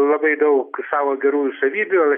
labai daug savo gerųjų savybių